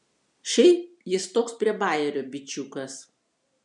šiaip jis toks prie bajerio bičiukas